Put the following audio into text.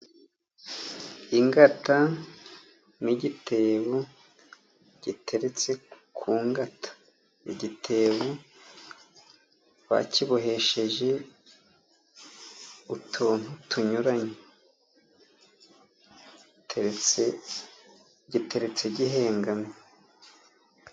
Ingata n'igitebo giteretse ku ngata, igitebo bakibohesheje utuntu tunyuranye, giteretse gihengamye.